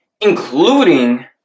including